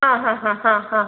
ആ ഹാ ഹാ ഹാ ഹാ